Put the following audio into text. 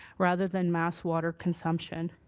rather than mass water consumption.